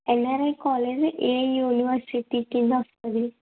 NRI college ఏ university కింద వస్తుంది